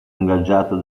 ingaggiato